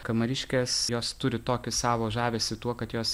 kamariškės jos turi tokį savo žavesį tuo kad jos